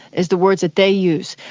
is the words that they use.